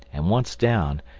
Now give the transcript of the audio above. and once down,